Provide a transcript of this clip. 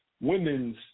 women's